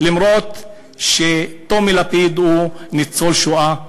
אף-על-פי שטומי לפיד הוא ניצול השואה,